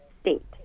state